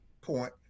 point